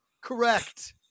Correct